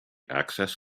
access